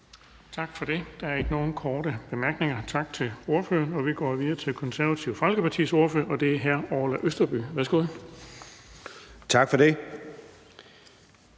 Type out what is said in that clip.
Tak for det. Der er ikke nogen korte bemærkninger. Tak til ordføreren. Vi går videre til Det Konservative Folkepartis ordfører, og det er hr. Orla Østerby. Værsgo. Kl.